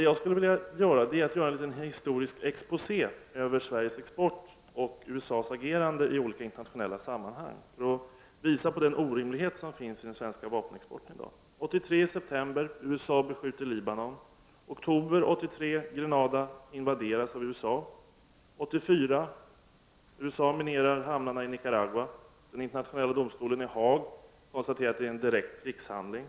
Jag skulle vilja göra en liten historisk exposé över Sveriges export och USA:s agerande i olika internationella sammanhang, för att visa på den orimlighet som finns i den svenska vapenexporten i dag. I september 1983 beskjuter USA Libanon. I september 1983 invaderas Grenada av USA. 1984 minerar USA hamnarna i Nicaragua. Den internationella domstolen i Haag konstaterar att det är en direkt krigshandling.